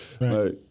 Right